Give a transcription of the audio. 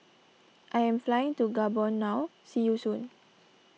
I am flying to Gabon now see you soon